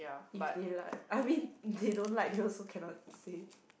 if they like I mean if they don't like they also cannot say